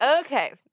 okay